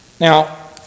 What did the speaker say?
Now